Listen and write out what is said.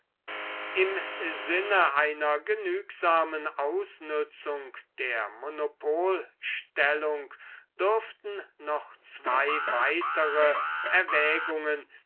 im sinne einer genügsamen ausnützung der monopolstellung dürften noch zwei weitere erwägungen